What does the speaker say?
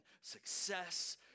success